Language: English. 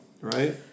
right